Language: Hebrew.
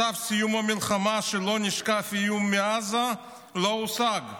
מצב סיום המלחמה, שלא נשקף איום מעזה, לא הושג,